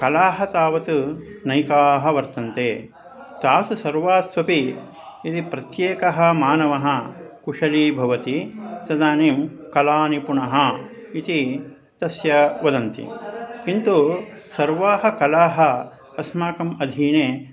कलाः तावत् अनेकाः वर्तन्ते तासु सर्वास्वपि यदि प्रत्येकः मानवः कुशली भवति तदानीं कलानिपुणः इति तस्य वदन्ति किन्तु सर्वाः कलाः अस्माकम् अधीने